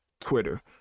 Twitter